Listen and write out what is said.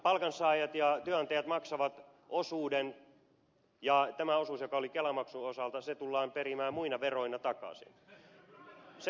palkansaajat ja työnantajat maksavat osuuden ja tämä osuus joka oli kelamaksun osalta tullaan perimään muina veroina takaisin